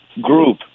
group